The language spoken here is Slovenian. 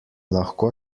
lahko